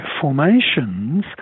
formations